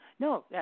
No